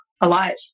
alive